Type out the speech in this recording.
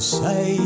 say